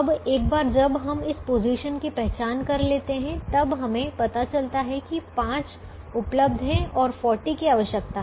अब एक बार जब हम इस पोजीशन की पहचान कर लेते हैं तब हमें पता चलता है कि 5 उपलब्ध है और 40 की आवश्यकता है